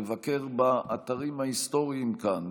לבקר באתרים ההיסטוריים כאן,